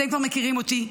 אתם כבר מכירים אותי,